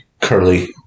curly